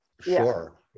Sure